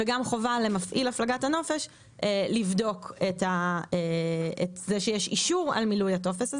ויש חובה למפעיל הפלגת הנופש לבדוק את זה שיש אישור על מילוי הטופס הזה.